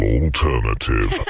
alternative